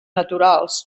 naturals